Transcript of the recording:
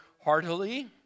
heartily